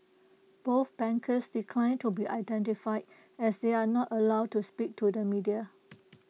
both bankers declined to be identified as they are not allowed to speak to the media